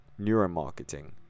Neuromarketing